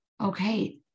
okay